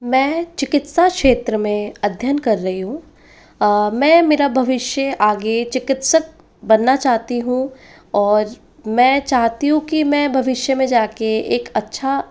मैं चिकित्सा क्षेत्र में अध्ययन कर रही हूँ मैं मेरा भविष्य आगे चिकित्सक बनना चाहती हूँ और मैं चाहती हूँ कि मैं भविष्य में जाकर एक अच्छा